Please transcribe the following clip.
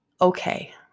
okay